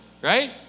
right